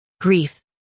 Grief